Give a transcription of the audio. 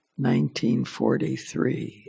1943